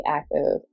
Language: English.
active